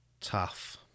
Tough